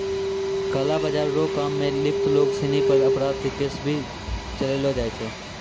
काला बाजार रो काम मे लिप्त लोग सिनी पर अपराध के केस भी चलैलो जाय छै